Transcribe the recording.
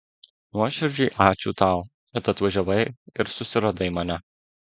nuoširdžiai ačiū tau kad atvažiavai ir susiradai mane